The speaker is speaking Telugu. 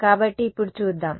కాబట్టి ఇప్పుడు చూద్దాం